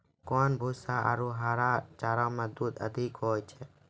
कोन भूसा आरु हरा चारा मे दूध अधिक होय छै?